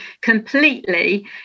completely